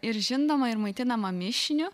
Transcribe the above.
ir žindoma ir maitinama mišiniu